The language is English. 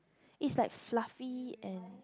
it's like fluffy and